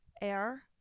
air